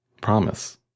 Promise